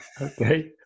Okay